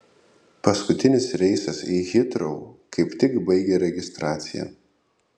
paskutinis reisas į hitrou kaip tik baigė registraciją